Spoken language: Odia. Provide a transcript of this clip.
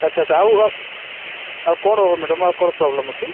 ଆଚ୍ଛା ଆଚ୍ଛା ଆଉ ଆଉ କ'ଣ ମ୍ୟାଡ଼ାମ୍ ଆଉ କ'ଣ ପ୍ରୋବ୍ଲେମ୍ ଅଛି